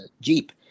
jeep